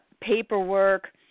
paperwork